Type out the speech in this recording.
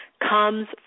comes